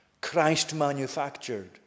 Christ-manufactured